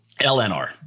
LNR